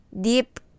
deep